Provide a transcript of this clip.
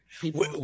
People